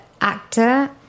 actor